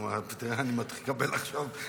תראה, אני מתחיל לקבל עכשיו,